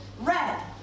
red